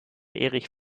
erich